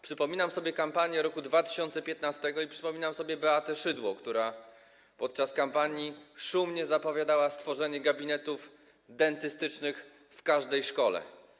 Przypominam sobie kampanię w roku 2015 i przypominam sobie Beatę Szydło, która podczas kampanii szumnie zapowiadała stworzenie gabinetów dentystycznych w każdej szkole.